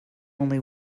only